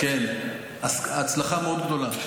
כן, הצלחה מאוד גדולה.